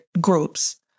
groups